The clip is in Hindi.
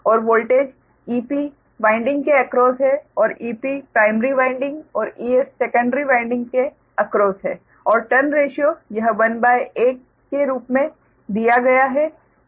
और वोल्टेज Ep वाइंडिंग के एक्रोस है और Ep प्राइमरी वाइंडिंग और Es सेकंडरी वाइंडिंग के एक्रोस है और टर्न रेशिओ यह 1 a के रूप में दिया गया है